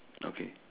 okay